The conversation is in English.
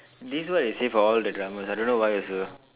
this is what they say for all the dramas I don't know why also